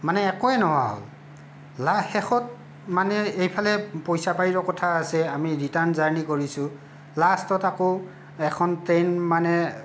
মানে একোৱে নোহোৱা হ'ল লা শেষত মানে এইফালে পইচা পাতিৰো কথা আছে আমি ৰিটাৰ্ণ জাৰ্ণি কৰিছোঁ লাষ্টত আকৌ এখন ট্ৰেইন মানে